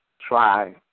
try